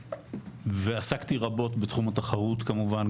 עסקתי רבות בתחום התחרות כמובן,